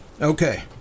Okay